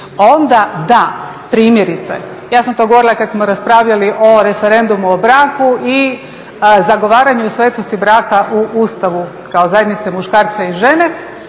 onda da, primjerice. ja sam to govorila kada smo raspravljali o referendumu o braku i zagovaranju svetosti braka u Ustavu kao zajednice muškarca i žene.